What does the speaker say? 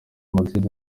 madrid